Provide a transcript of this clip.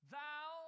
thou